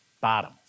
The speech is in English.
bottom